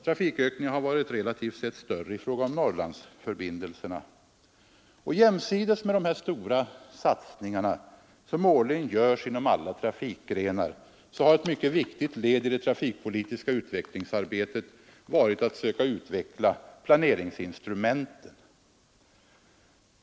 Trafikökningen har varit relativt sett större i fråga om Norrlandsförbin Jämsides med de här stora satsningarna, som årligen görs inom alla trafikgrenar, har ett mycket viktigt led i det trafikpolitiska utvecklingsarbetet varit att söka utveckla planeringsinstrumenten.